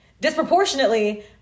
Disproportionately